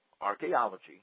archaeology